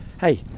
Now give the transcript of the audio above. hey